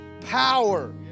power